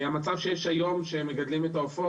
המצב שיש היום בו מגדלים את העופות,